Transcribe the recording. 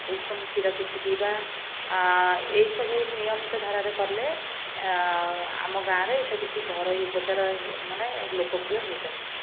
ଉଷୁମ କ୍ଷୀର କିଛି ପିଇବା ଏହିସବୁ ନିୟମିତ ଧାରାରେ କଲେ ଆମ ଗାଁରେ ଏଇଟା କିଛି ଘରୋଇ ଉପଚାର ମାନେ ଲୋକପ୍ରିୟ ହୋଇପାରିଛି